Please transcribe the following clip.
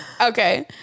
okay